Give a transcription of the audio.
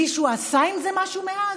מישהו עשה עם זה משהו מאז?